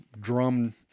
drum